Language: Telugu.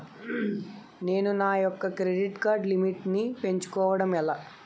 నేను నా యెక్క క్రెడిట్ కార్డ్ లిమిట్ నీ పెంచుకోవడం ఎలా?